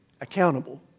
accountable